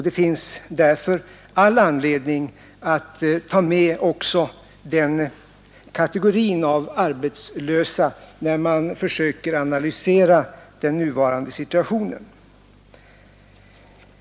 Det finns därför all anledning att ta med också den kategorin av arbetslösa, när man försöker analysera den nuvarande situationen.